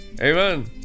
Amen